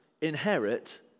inherit